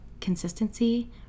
consistency